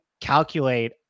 calculate